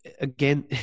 again